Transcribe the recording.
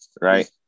Right